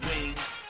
wings